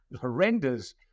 Horrendous